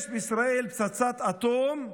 יש בישראל פצצת אטום,